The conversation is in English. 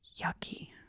yucky